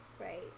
Right